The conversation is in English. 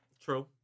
True